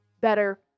better